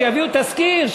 יביאו תזכיר,